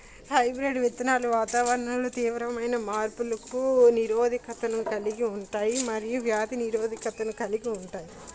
hybrid విత్తనాలు వాతావరణంలో తీవ్రమైన మార్పులకు నిరోధకతను కలిగి ఉంటాయి మరియు వ్యాధి నిరోధకతను కలిగి ఉంటాయి